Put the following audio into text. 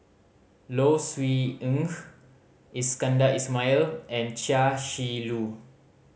Low Siew Nghee Iskandar Ismail and Chia Shi Lu